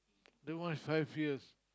that one five years